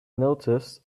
noticed